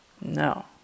No